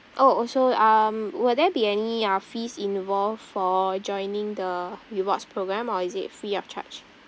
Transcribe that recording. oh also um will there be any uh fees involved for joining the rewards program or is it free of charge